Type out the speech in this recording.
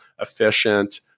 efficient